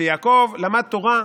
שיעקב למד תורה,